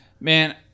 Man